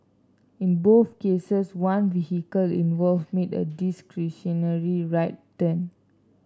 in both cases one vehicle involve made a discretionary right turn